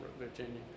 Virginia